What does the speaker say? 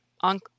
on